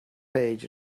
page